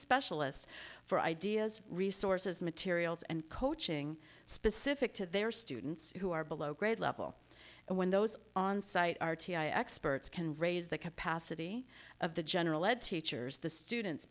specialists for ideas resources materials and coaching specific to their students who are below grade level and when those onsite r t i experts can raise the capacity of the general ed teachers the students